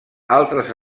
altres